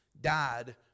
died